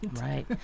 Right